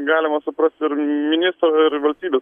galima suprasti ir mini ir valstybės